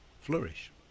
flourish